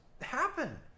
happen